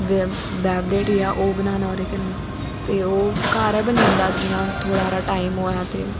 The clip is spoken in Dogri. जां ओह् बनाना ओहदे कन्नै ते ओह् घर गै बनी जंदा जियां थोह्ड़ा सारा टाइम होऐ ते